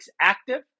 active